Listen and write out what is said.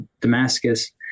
Damascus